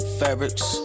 fabrics